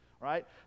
right